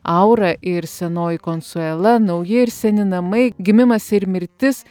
aura ir senoji konsuela nauji ir seni namai gimimas ir mirtis